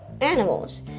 animals